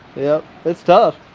yep it's tough.